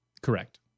correct